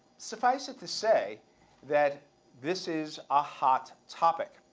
suffice it to say that this is a hot topic.